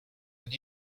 and